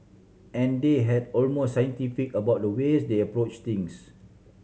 and they had almost scientific about the ways they approach things